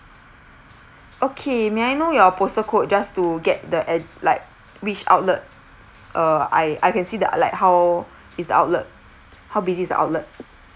okay may I know your postal code just to get the ad~ like which outlet uh I I can see the uh like how is the outlet how busy is the outlet